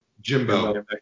Jimbo